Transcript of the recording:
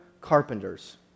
carpenters